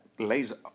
Laser